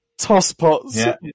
tosspots